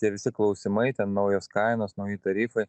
tie visi klausimai ten naujos kainos nauji tarifai